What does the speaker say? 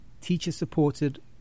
teacher-supported